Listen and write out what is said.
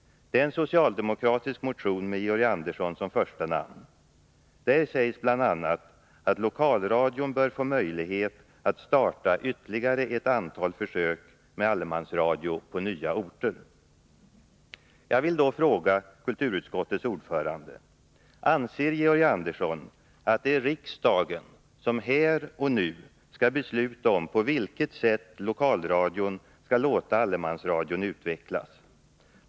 Det är en socialdemokratisk motion med Georg Andersson som första namn. Där sägs bl.a. att lokalradion bör får möjlighet att starta ytterligare ett antal försök med allemansradio på nya orter. Jag vill då fråga kulturutskottets ordförande: Anser Georg Andersson att det är riksdagen som här och nu skall besluta om på vilket sätt lokalradion skall låta allemansradion utvecklas?